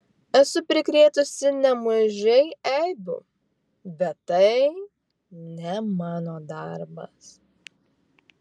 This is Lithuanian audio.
esu prikrėtusi nemažai eibių bet tai ne mano darbas